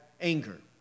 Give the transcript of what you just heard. anger